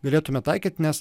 galėtume taikyt nes